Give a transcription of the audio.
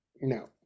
no